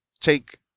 take